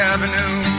Avenue